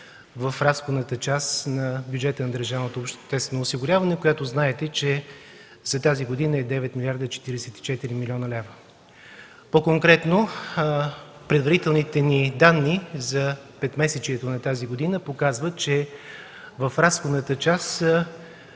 в разходната част на бюджета на държавното обществено осигуряване, която знаете, че за тази година е 9 млрд. 044 млн. лв. По-конкретно предварителните ми данни за петмесечието на тази година показват, че в разходната част